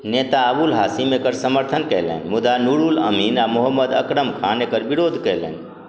नेता अबुल हाशिम एकर समर्थन कयलनि मुदा नुरुल अमीन आओर मोहम्मद अकरम खान एकर विरोध कयलनि